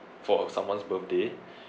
for someone's birthday